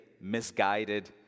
misguided